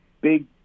big